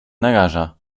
naraża